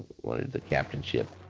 wanted the captainship.